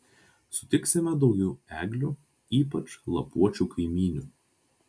sutiksime daugiau eglių ypač lapuočių kaimynių